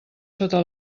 sota